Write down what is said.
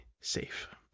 safe